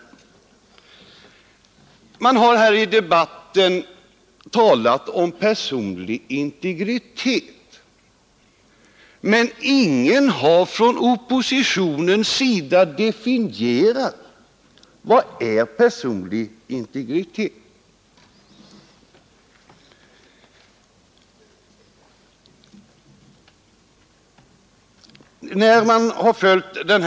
I debatten har det från oppositionen talats om personlig integritet, men ingen har definierat detta uttryck.